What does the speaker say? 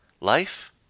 life